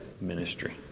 ministry